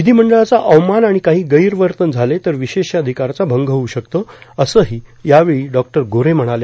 विधिमंडळाचा अवमान किंवा काही गैरवर्तन झाले तर विशेषाधिकाराचा भंग होऊ शकतो असंही यावेळी डॉ गोऱ्हे म्हणाल्या